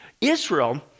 Israel